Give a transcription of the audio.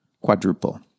quadruple